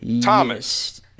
Thomas